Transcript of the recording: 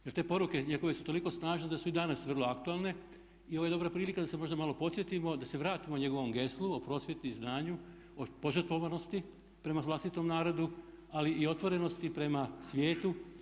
Jer te poruke njegove su toliko snažne da su i danas vrlo aktualne i ovo je dobra prilika da se možda malo podsjetimo, da se vratimo njegovom geslu o prosvjeti i znanju, o požrtvovanosti prema vlastitom narodu ali i otvorenosti prema svijetu.